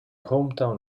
hometown